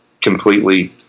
completely